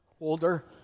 older